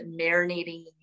marinating